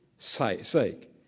sake